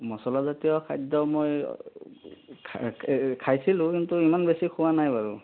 মছলাজাতীয় খাদ্য মই খাই এই খাইছিলোঁ কিন্তু ইমান বেছি খোৱা নাই বাৰু